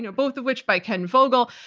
you know both of which by ken vogel,